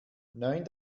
neun